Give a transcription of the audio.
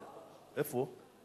איפה הוא?